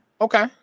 Okay